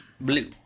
blue